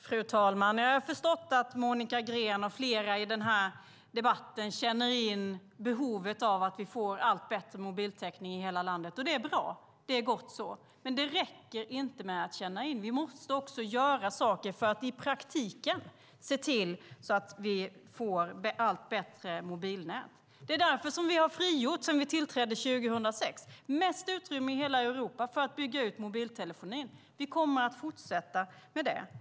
Fru talman! Jag har förstått att Monica Green och flera i den här debatten känner in behovet av att få allt bättre mobiltäckning i hela landet, och det är bra. Det är gott så. Men det räcker inte med att känna in. Vi måste också göra saker för att i praktiken se till så att vi får allt bättre mobilnät. Det är därför vi sedan vi tillträdde 2006 har frigjort mest utrymme i hela Europa för att bygga ut mobiltelefonin. Vi kommer att fortsätta med det.